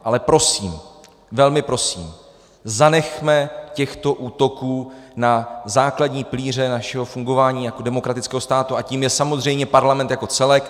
Ale prosím, velmi prosím, zanechme těchto útoků na základní pilíře našeho fungování jako demokratického státu, a tím je samozřejmě Parlament jako celek.